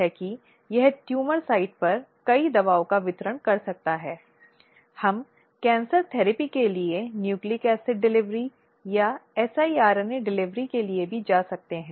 आरोप का समर्थन करने के लिए कि वह दूसरे व्यक्ति के खिलाफ लाया है और उस आधार पर वह मानसिक आघात के लिए मुआवजे सहित उचित उपाय और अन्य नुकसानों के बारे में पूछ सकता है जो उसने इन प्रक्रिया में बनाए रखा था